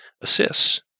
assists